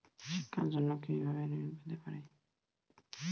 শিক্ষার জন্য কি ভাবে ঋণ পেতে পারি?